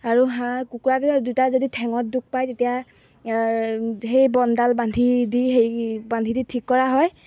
আৰু হাঁহ কুকুৰাকেইটাই দুটাই যদি ঠেঙত দুখ পায় তেতিয়া সেই বনডাল বান্ধি দি হেৰি বান্ধি দি ঠিক কৰা হয়